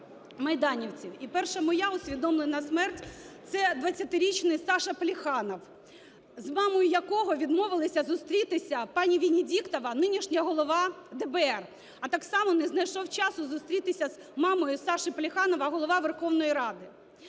І перша моя усвідомлена смерть, це 20-річний Саша Плеханов, з мамою якого відмовилася зустрітися пані Венедіктова – нинішня голова ДБР. А так само не знайшов часу зустрітися з мамою Саші Плеханова Голова Верховної Ради.